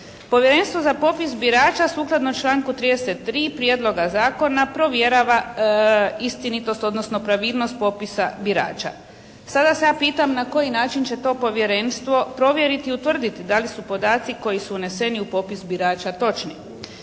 Povjerenstvo za popis birača sukladno članku 33. Prijedloga zakona provjerava istinitost, odnosno pravilnost popisa birača. Sada se ja pitam na koji način će to Povjerenstvo provjeriti i utvrditi da li su podaci koji su uneseni u popis birača točni?